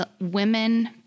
women